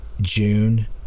June